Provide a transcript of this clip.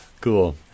Cool